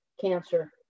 cancer